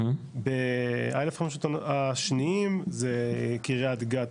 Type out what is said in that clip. ה-1500 השניים זה קריית גת,